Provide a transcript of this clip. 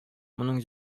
моның